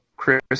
Chris